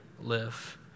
live